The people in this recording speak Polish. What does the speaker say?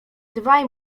dwaj